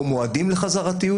או מועדים לחזרתיות,